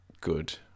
good